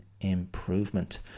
improvement